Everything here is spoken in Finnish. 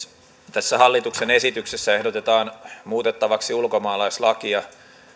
tässä hallituksen esityksessä ehdotetaan muutettavaksi ulkomaalaislakia